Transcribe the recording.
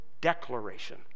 declaration